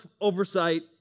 oversight